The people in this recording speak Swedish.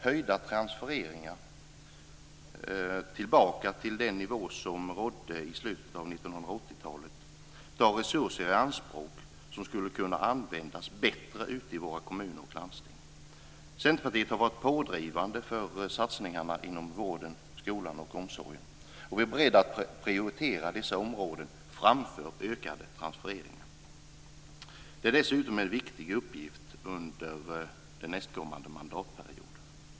Höjda transfereringar tillbaka till den nivå som rådde i slutet av 1980-talet tar resurser i anspråk som skulle kunna användas bättre ute i våra kommuner och landsting. Centerpartiet har varit pådrivande för satsningarna inom vården, skolan och omsorgen. Vi är beredda att prioritera dessa områden framför ökade transfereringar. Det är dessutom en viktig uppgift under nästkommande mandatperiod.